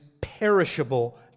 perishable